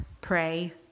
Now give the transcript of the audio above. Pray